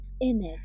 image